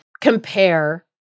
compare